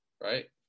right